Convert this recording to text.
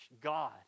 God